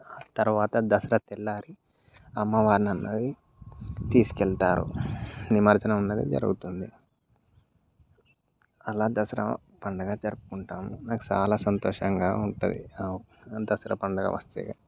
తర్వాత దసరా తెల్లారి అమ్మవారునన్నది తీసుకెళ్తారు నిమజ్జనం అన్నది జరుగుతుంది అలా దసరా పండుగ జరుపుకుంటాము మాకు చాలా సంతోషంగా ఉంటుంది దసరా పండుగ వస్తే